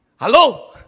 hello